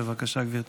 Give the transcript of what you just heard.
בבקשה, גברתי.